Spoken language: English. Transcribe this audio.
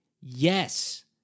Yes